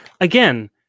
again